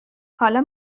حالا